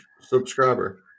subscriber